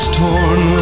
torn